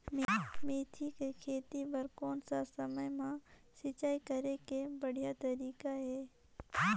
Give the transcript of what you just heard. मेथी के खेती बार कोन सा समय मां सिंचाई करे के बढ़िया तारीक हे?